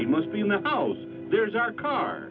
it must be in the house there's